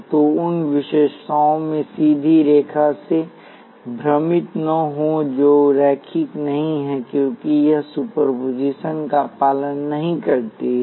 तो उन विशेषताओं में सीधी रेखा से भ्रमित न हों जो रैखिक नहीं हैं क्योंकि यह सुपरपोजिशन का पालन नहीं करती है